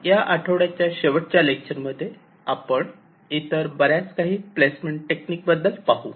या आठवड्याच्या शेवटच्या लेक्चर मध्ये आपण इतर बऱ्याच काही प्लेसमेंट टेक्निक बद्दल पाहू